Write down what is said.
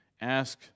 ask